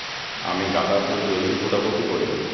আমি গাঁদা ফুল জলদি ফোটাবো কি করে?